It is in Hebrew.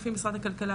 לפי משרד הכלכלה,